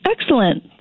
Excellent